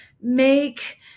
make